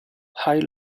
high